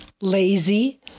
lazy